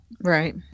Right